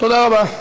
תודה רבה.